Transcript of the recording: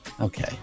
Okay